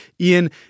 Ian